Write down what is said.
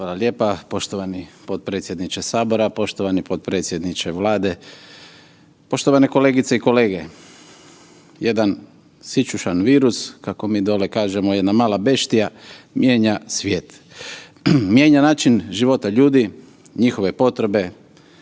Hvala lijepa. Poštovani potpredsjedniče Sabora, poštovani potpredsjedniče Vlade, poštovane kolegice i kolege. Jedan sićušan virus, kako mi dole kažemo jedna mala beštija mijenja svijet, mijenja način života ljudi, njihove potrebe,